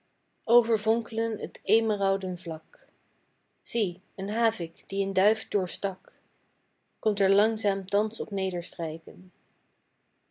overvonkelen t emerauden vlak zie een havik die een duif doorstak komt er langzaam thans op